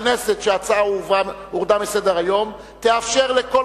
לכנסת שההצעה הורדה מסדר-היום תאפשר לכל